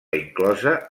inclosa